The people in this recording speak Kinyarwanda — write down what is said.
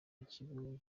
w’ikigo